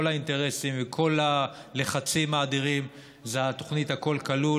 האינטרסים וכל הלחצים האדירים זה התוכנית הכול כלול